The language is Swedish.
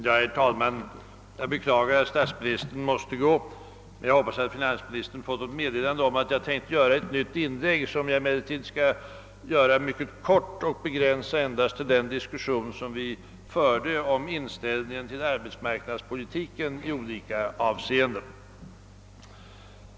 Herr talman! Jag beklagar att statsministern var tvungen att gå, men jag hoppas att finansministern fått meddelande om att jag tänkt göra ett nytt inlägg, som jag emellertid skall göra mycket kort och begränsa endast till den diskussion som vi förde om inställningen till arbetsmarknadspolitiken i olika avseenden.